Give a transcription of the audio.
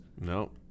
No